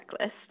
checklist